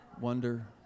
Wonder